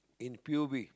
in pub